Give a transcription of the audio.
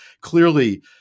clearly